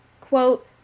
quote